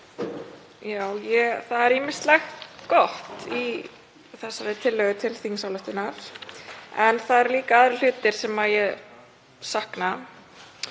Það er ýmislegt gott í þessari tillögu til þingsályktunar en það eru líka aðrir hlutir sem ég sakna.